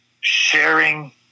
sharing